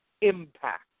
Impact